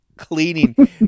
cleaning